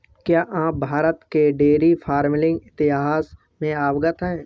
क्या आप भारत के डेयरी फार्मिंग इतिहास से अवगत हैं?